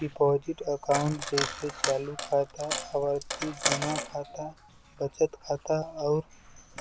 deposit account जइसे चालू खाता, आवर्ती जमा खाता, बचत खाता आउर